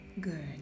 good